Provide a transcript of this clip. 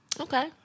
Okay